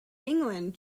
england